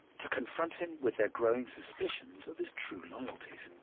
to confront him with their growing suspicions of his true loyalties.